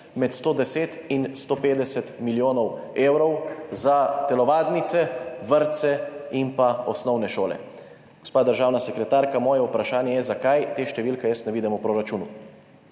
med 110 in 150 milijoni evrov za telovadnice, vrtce in osnovne šole. Gospa državna sekretarka, moje vprašanje je, zakaj te številke jaz ne vidim v proračunu.